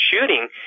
shooting